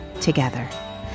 together